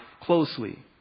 closely